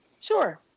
Sure